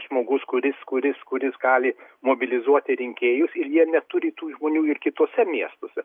žmogus kuris kuris kuris gali mobilizuoti rinkėjus ir jie neturi tų žmonių ir kituose miestuose